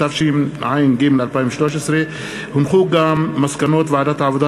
התשע"ג 2013. מסקנות ועדת העבודה,